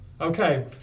Okay